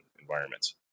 environments